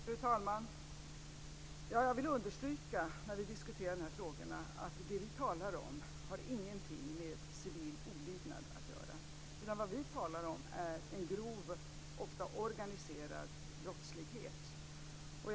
Fru talman! Jag vill när vi diskuterar de här frågorna understryka att det som vi talar om inte har någonting med civil olydnad att göra, utan vad vi talar om är en grov, ofta organiserad brottslighet.